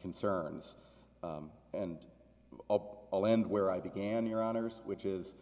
concerns and i'll end where i began your honour's which is